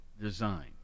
design